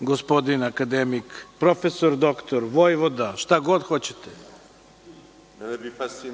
gospodin akademik, profesor, doktor, vojvoda, šta god